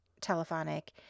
telephonic